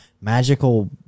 magical